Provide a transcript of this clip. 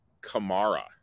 Kamara